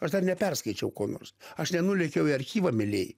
aš dar neperskaičiau ko nors aš nenulėkiau į archyvą mielieji